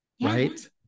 Right